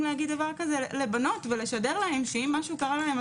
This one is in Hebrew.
לומר דבר כזה לבנות ולשדר להן שאם משהו כזה קרה להן,